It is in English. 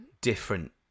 different